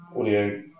audio